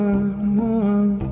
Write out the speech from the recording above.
One